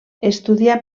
estudià